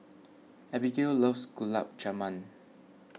Abigail loves Gulab Jamun